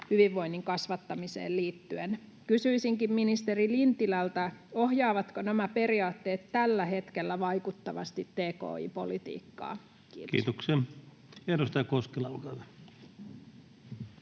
hyvinvoinnin kasvattamiseen liittyen. Kysyisinkin ministeri Lintilältä: ohjaavatko nämä periaatteet tällä hetkellä vaikuttavasti tki-politiikkaa? — Kiitos.